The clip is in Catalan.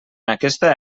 aquesta